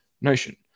Notion